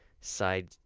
side